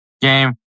game